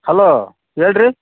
hello ಹೇಳ್ರೀ